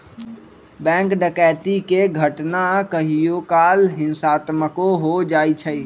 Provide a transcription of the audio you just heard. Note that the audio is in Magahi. बैंक डकैती के घटना कहियो काल हिंसात्मको हो जाइ छइ